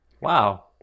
wow